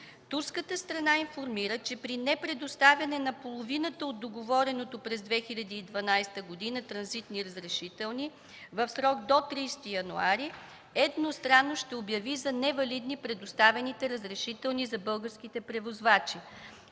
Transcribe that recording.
Турската страна информира, че при непредоставяне на половината от договорените през 2012 г. транзитни разрешителни в срок до 30 януари едностранно ще обяви за невалидни предоставените разрешителни за българските превозвачи,